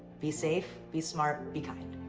be safe, be smart, be kind.